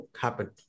happen